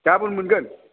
गाबोन मोनगोन